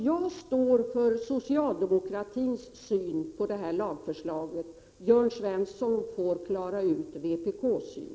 Jag står för socialdemokratins syn på detta lagförslag. Jörn Svensson får klara ut vpk:s syn.